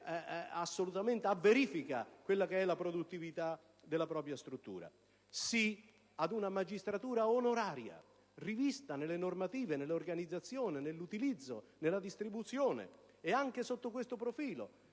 che mette a verifica la produttività della propria struttura. Dico sì ad una magistratura onoraria, rivista nelle normative, nell'organizzazione, nell'utilizzo e nella distribuzione. Anche sotto questo profilo,